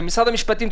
ומשרד המשפטים,